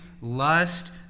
lust